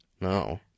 No